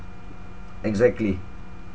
exactly